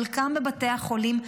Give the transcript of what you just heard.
חלקם בבתי החולים,